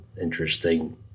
interesting